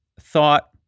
thought